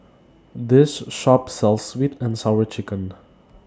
This Shop sells Sweet and Sour Chicken